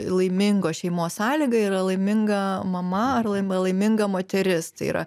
laimingos šeimos sąlyga yra laiminga mama arba laiminga moteris tai yra